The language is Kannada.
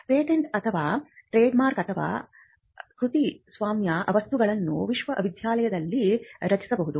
ಪೇಟೆಂಟ್ ಅಥವಾ ಟ್ರೇಡ್ಮಾರ್ಕ್ ಅಥವಾ ಕೃತಿಸ್ವಾಮ್ಯ ವಸ್ತುಗಳನ್ನು ವಿಶ್ವವಿದ್ಯಾಲಯದಲ್ಲಿ ರಚಿಸಬಹುದು